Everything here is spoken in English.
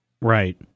Right